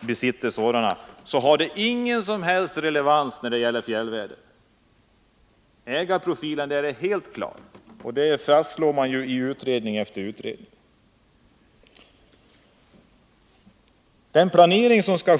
besitter sådana, men det har ingen som helst relevans när det gäller fjällvärlden. Ägarprofilen där är helt klar, och det fastslås i utredning efter utredning.